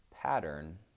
pattern